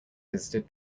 visited